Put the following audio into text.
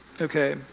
Okay